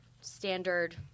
standard